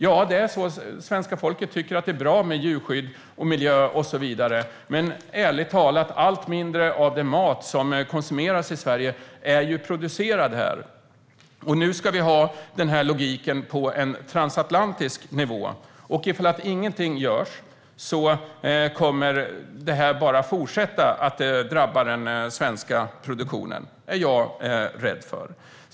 Ja, svenska folket tycker att det är bra med djurskydd och miljö och så vidare, men ärligt talas produceras allt mindre av den mat som konsumeras i Sverige här i Sverige. Nu ska vi ha den här logiken på en transatlantisk nivå. Ifall ingenting görs kommer det här bara att fortsätta att drabba den svenska produktionen. Det är jag rädd för.